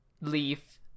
Leaf